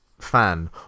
fan